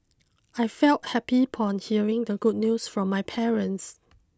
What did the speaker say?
I felt happy upon hearing the good news from my parents